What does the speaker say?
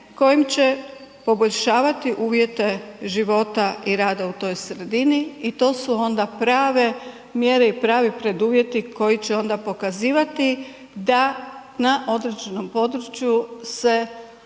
kojim će poboljšavati uvjete života i rada u toj sredini. I to su onda prave mjere i pravi preduvjeti koji će onda pokazivati da na određenom području se